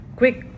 quick